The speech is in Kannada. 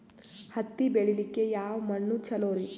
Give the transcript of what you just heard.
ಹತ್ತಿ ಬೆಳಿಲಿಕ್ಕೆ ಯಾವ ಮಣ್ಣು ಚಲೋರಿ?